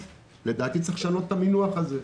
ראשית, לדעתי צריך לשנות את המינוח הזה.